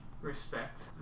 respect